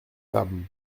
femmes